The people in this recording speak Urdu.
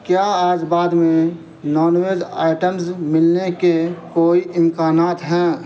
کیا آج بعد میں نان ویج آئٹمز ملنے کے کوئی امکانات ہیں